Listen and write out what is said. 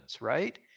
right